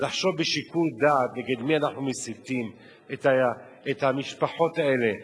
ולחשוב בשיקול דעת נגד מי אנחנו מסיתים את המשפחות האלה,